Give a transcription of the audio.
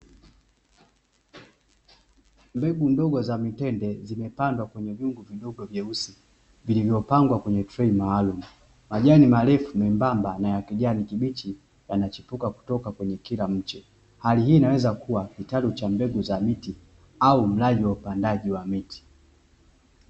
Mbegu ndogo za mitende zimepandwa kwenye vyungu vidogo vyeusi, vilivyopangwa kwenye trei maalumu, majani marefu membamba na ya kijani kibichi yanachipuka kutoka kwenye kila mche. Hali hii inaweza kuwa kitalu cha mbegu za miti au mradi wa upandaji wa miti.